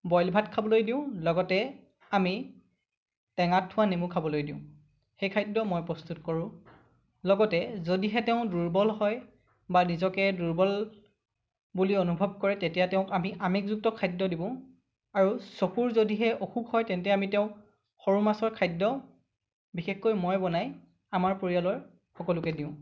boil ভাত খাবলৈ দিওঁ লগতে আমি টেঙাত থোৱা নেমু খাবলৈ দিওঁ সেই খাদ্য মই প্ৰস্তুত কৰোঁ লগতে যদিহে তেওঁ দুৰ্বল হয় বা নিজকে দুৰ্বল বুলি অনুভৱ কৰে তেতিয়া তেওঁক আমি আমিষ যুক্ত খাদ্য দিওঁ আৰু চকুৰ যদিহে অসুখ হয় তেন্তে আমি তেওঁক সৰু মাছৰ খাদ্য বিশেষকৈ মই বনাই আমাৰ পৰিয়ালৰ সকলোকে দিওঁ